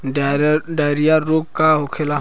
Diarrhoea रोग का होखे?